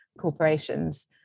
corporations